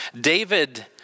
David